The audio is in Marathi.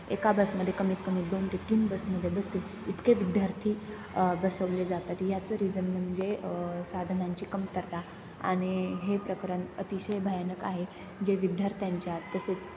एका बसमध्ये कमीत कमी दोन ते तीन बसमध्ये बसतील इतके विद्यार्थी बसवले जातात याचं रिजन म्हणजे साधनांची कमतरता आणि हे प्रकरण अतिशय भयानक आहे जे विद्यार्थ्यांच्या तसेच